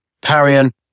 parian